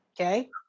Okay